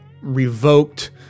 revoked